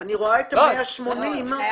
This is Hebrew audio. אני רואה את ה-180 שקל.